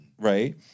right